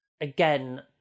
again